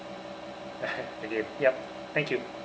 thank you yup thank you